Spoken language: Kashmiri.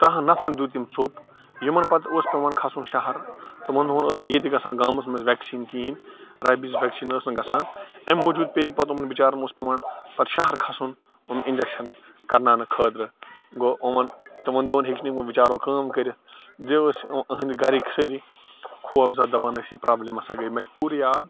تٕرٛہَن نَفرَن دیٛت تٔمۍ ژوٚپ یِمَن پَتہٕ اوس پیٚوان کھَسُن شہَر تِمَن دۄہَن ٲس نہٕ ییٚتہِ گژھان گامَس منٛز ویٚکسیٖن کِہیٖنۍ ریبٖز ویٚکسیٖن ٲس نہٕ گژھان اَمہِ موٗجوٗب پیٚیہِ پَتہٕ یِمَن بِچاریٚن اوس پیٚوان پَتہٕ شَہَر کھسُن یِم اِنجیٚکشَن کَرناونہٕ خٲطرٕ گوٚو یِمَن تِمَن دۄہَن ہیٚکۍ نہٕ یمو بِچاریٛو کٲم کٔرِتھ بیٚیہِ ٲسۍ یہنٛدۍ گَھرِکۍ سٲری خوف زد دَپان ٲسۍ یہِ پرٛابلِم ہَسا گٔے مےٚ چھُ پوٗرٕ یاد